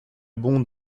bon